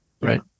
right